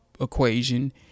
equation